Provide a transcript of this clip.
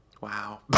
Wow